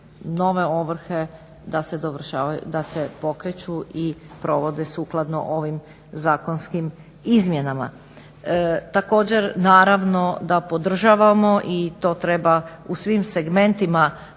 se dovršavaju, pokreću i provode sukladno ovim zakonskim izmjenama. Također, naravno da podržavamo i to treba u svim segmentima